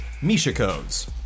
Mishacodes